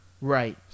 Right